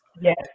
Yes